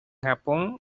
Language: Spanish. japón